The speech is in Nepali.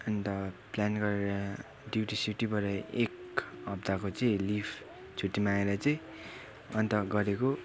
अन्त प्लान गरेर ड्युटी स्युटीबाट एक हप्ताको चाहिँ लिभ छुट्टी मागेर चाहिँ अन्त गरेको